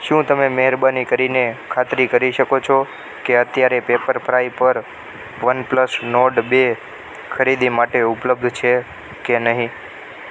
શું તમે મહેરબાની કરીને ખાતરી કરી શકો છો કે અત્યારે પેપર ફ્રાય પર વનપ્લસ નોર્ડ બે ખરીદી માટે ઉપલબ્ધ છે કે નહીં